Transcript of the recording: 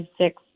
six